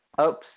Oops